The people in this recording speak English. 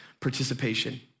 participation